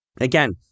Again